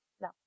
No